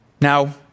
Now